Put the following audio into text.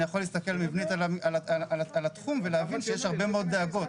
אני יכול להסתכל מבנית על התחום ולהבין שיש הרבה מאוד דאגות.